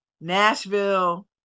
nashville